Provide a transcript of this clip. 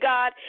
God